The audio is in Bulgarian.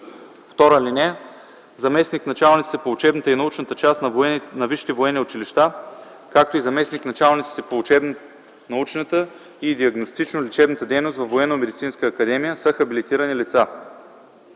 закон. (2) Заместник началниците по учебната и научната част на висшите военни училища, както и заместник началниците по учебно научната и диагностично лечебната дейност във Военномедицинската академия са хабилитирани лица.